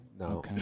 No